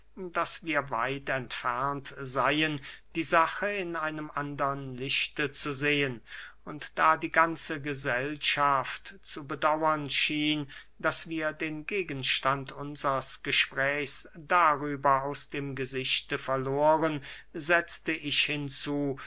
daß wir weit entfernt seyn diese sache in einem andern lichte zu sehen und da die ganze gesellschaft zu bedauern schien daß wir den gegenstand unsers gesprächs darüber aus dem gesichte verloren setzte ich hinzu